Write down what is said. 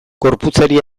gorputzari